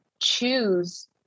choose